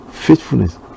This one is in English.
Faithfulness